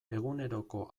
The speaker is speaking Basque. eguneroko